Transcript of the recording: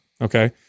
Okay